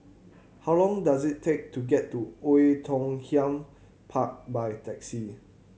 how long does it take to get to Oei Tiong Ham Park by taxi